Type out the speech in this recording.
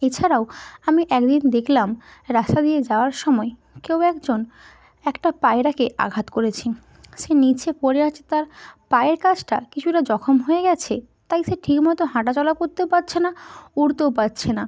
এছাড়াও আমি একদিন দেখলাম রাস্তা দিয়ে যাওয়ার সময় কেউ একজন একটা পায়রাকে আঘাত করেছে সে নিচে পরে আছে তার পায়ের কাছটা কিছুটা জখম হয়ে গেছে তাই সে ঠিকমতো হাঁটাচলা করতেও পাচ্ছে না উড়তেও পাচ্ছে না